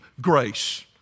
grace